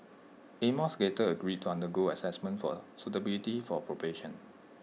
amos later agreed to undergo Assessment for suitability for probation